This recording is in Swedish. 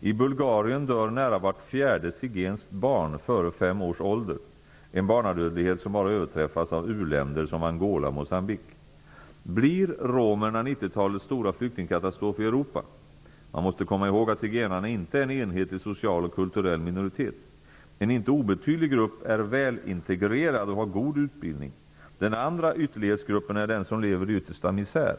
I Bulgarien dör nära vart fjärde zigenskt barn före fem års ålder -- en barnadödlighet som bara överträffas i u-länder som Angola och Europa? Man måste komma ihåg att zigenarna inte är en enhetlig social och kulturell minoritet. En inte obetydlig grupp är välintegrerad och har god utbildning. Den andra ytterlighetsgruppen är den som lever i yttersta misär.